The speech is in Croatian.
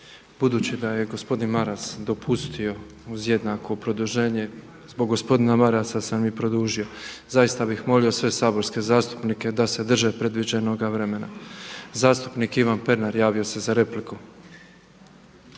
Budući da je gospodin Maras dopustio uz jednako produženje zbog gospodina Marasa sam i produžio. Zaista bih molio sve saborske zastupnike da se drže predviđenog vremena. Zastupnik Ivan Pernar javio se za repliku.